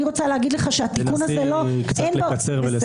נסי לקצר ולסיים.